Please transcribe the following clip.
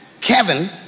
Kevin